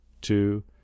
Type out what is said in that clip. two